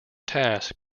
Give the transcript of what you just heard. task